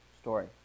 story